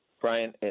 Brian